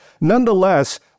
Nonetheless